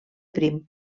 prim